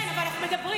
כן, אבל אנחנו מדברים.